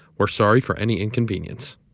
we're sorry for any inconvenience.